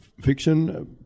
fiction